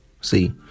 See